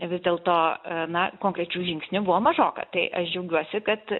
vis dėlto na konkrečių žingsnių buvo mažoka tai aš džiaugiuosi kad